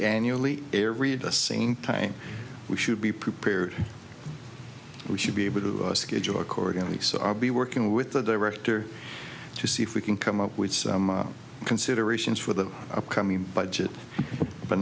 annually air read the same time we should be prepared we should be able to schedule accordingly so i'll be working with the director to see if we can come up with some considerations for the upcoming budget but